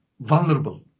vulnerable